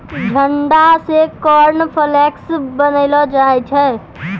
जंडा से कॉर्नफ्लेक्स बनैलो जाय छै